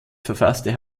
verfasste